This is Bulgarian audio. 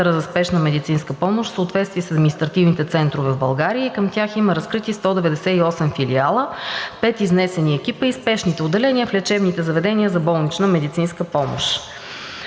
за спешна медицинска помощ в съответствие с административните центрове в България и към тях има разкрити 198 филиала, 5 изнесени екипа и спешни отделения в лечебните заведения за болнична медицинска помощ.